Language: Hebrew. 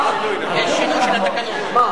אני אסביר לכם גם למה.